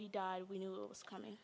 he died we knew it was coming